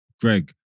Greg